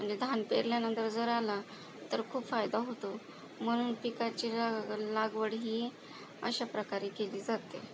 म्हणजे धान पेरल्यानंतर जर आला तर खूप फायदा होतो म्हणून पिकाची लाग लागवड ही अशाप्रकारे केली जाते